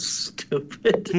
stupid